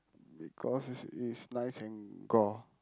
because it is nice and gore